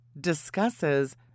discusses